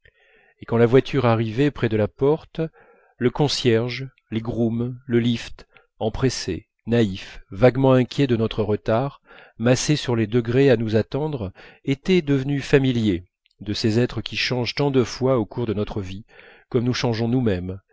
et quand la voiture arrivait près de la porte le concierge les grooms le lift empressés naïfs vaguement inquiets de notre retard massés sur les degrés à nous attendre étaient devenus familiers de ces êtres qui changent tant de fois au cours de notre vie comme nous changeons nous-mêmes